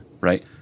right